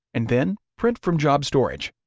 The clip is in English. and then print from job storage.